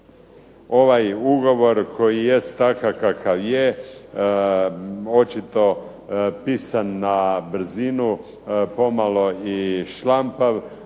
ovaj ugovor koji jest takav kakav je, očito pisan na brzinu, pomalo i šlampav